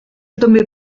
també